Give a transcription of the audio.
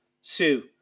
Sue